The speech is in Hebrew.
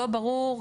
לא ברור,